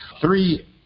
three